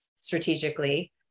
strategically